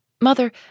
Mother